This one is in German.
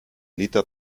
liter